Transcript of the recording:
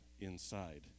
inside